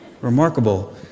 Remarkable